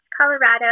Colorado